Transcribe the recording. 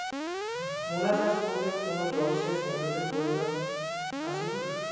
মূলা চাষ করতে কোনো জলসেচ পদ্ধতির প্রয়োজন আছে কী?